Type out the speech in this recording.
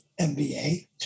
MBA